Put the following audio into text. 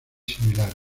similares